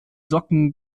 socken